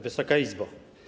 Wysoka Izbo!